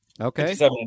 Okay